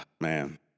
man